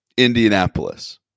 Indianapolis